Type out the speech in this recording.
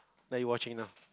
like you watching now